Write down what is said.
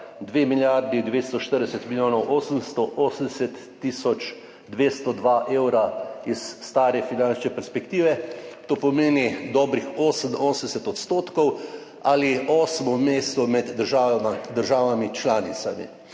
2 milijardi 240 milijonov 880 tisoč 202 evra iz stare finančne perspektive. To pomeni dobrih 88 % ali osmo mesto med državami članicami.